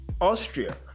Austria